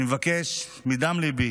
אני מבקש מדם ליבי